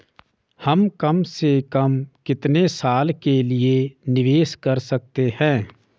हम कम से कम कितने साल के लिए निवेश कर सकते हैं?